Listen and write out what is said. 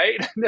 right